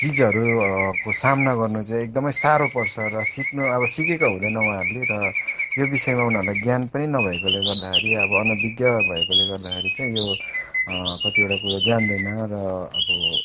चिजहरूको सामना गर्नु चाहिँ एकदमै साह्रो पर्छ र सिक्नु अब सिकेका हुँदैन र उहाँहरूले र यो विषयमा उनीहरूलाई ज्ञान पनि नभएकोले गर्दाखेरि अब अनभिज्ञ भएकोले गर्दाखेरि चाहिँ यो कतिवटा कुरो जान्दैन र अब